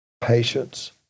Patience